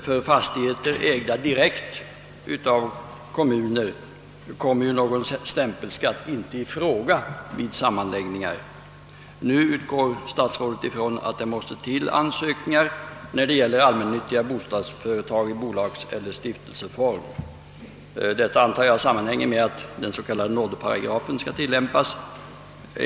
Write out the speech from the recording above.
För fastigheter ägda direkt av kommunen kommer ju någon stämpelskatt inte i fråga vid sammanläggningar. Nu utgår statsrådet ifrån att det behövs ansökningar när det gäller allmännyttiga bostadsföretag i bolagseller stiftelseform. Jag antar att detta sammanhänger med att den s.k. nådeparagrafen skall tillämpas.